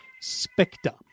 Spectre